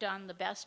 done the best